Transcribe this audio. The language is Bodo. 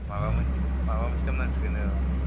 माबा मोनसे मोनसे माबा मोनसे खालामनांसिगोन औ